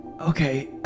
okay